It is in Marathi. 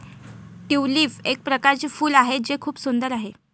ट्यूलिप एक प्रकारचे फूल आहे जे खूप सुंदर आहे